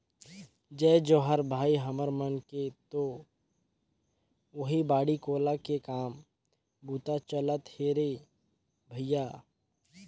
जय जोहार भाई, हमर मन के तो ओहीं बाड़ी कोला के काम बूता चलत हे रे भइया